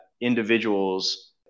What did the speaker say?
individuals